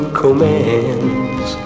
commands